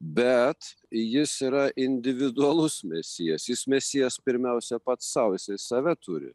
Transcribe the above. bet jis yra individualus mesijas jis mesijas pirmiausia pats sau jisai save turi